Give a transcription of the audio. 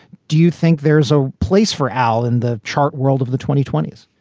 do you think there's a place for al in the chart world of the twenty twenty s?